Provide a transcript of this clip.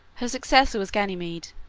her successor was ganymede,